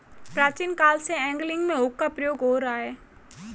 प्राचीन काल से एंगलिंग में हुक का प्रयोग हो रहा है